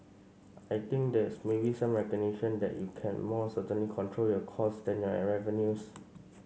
I think there's maybe some recognition that you can more certainly control your costs than your revenues